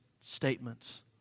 statements